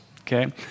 okay